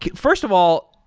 first of all,